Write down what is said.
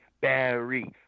Barry